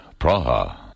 Praha